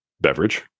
beverage